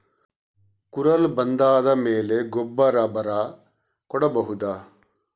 ಕುರಲ್ ಬಂದಾದ ಮೇಲೆ ಗೊಬ್ಬರ ಬರ ಕೊಡಬಹುದ?